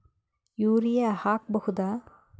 Urea ಹಾಕ್ ಬಹುದ?